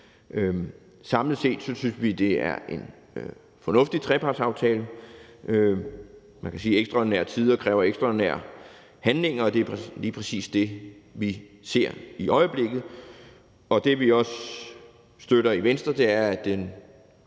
Samlet set synes vi, det er en fornuftig trepartsaftale. Man kan sige, at ekstraordinære tider kræver ekstraordinære handlinger, og det er lige præcis det, vi ser i øjeblikket. Det, vi også støtter i Venstre, er, at det